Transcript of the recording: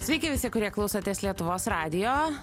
sveiki visi kurie klausotės lietuvos radijo